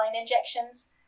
injections